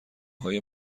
های